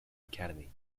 academy